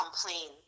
complain